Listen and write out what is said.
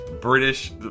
British